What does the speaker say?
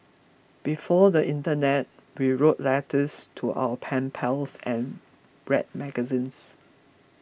before the internet we wrote letters to our pen pals and read magazines